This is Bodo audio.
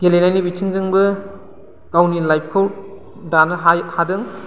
गेलेनायनि बिथिंजोंबो गावनि लाइफखौ दानो हादों